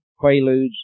Quaaludes